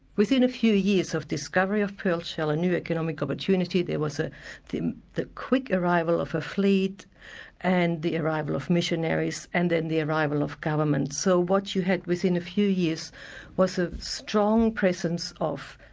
within a few years of discovery of pearl-shell, a new economic opportunity, there was the the quick arrival of a fleet and the arrival of missionaries and then the arrival of governments. so what you had within a few years was a strong presence of